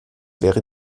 wäre